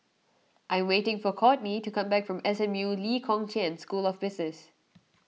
I am waiting for Kortney to come back from S M U Lee Kong Chian School of Business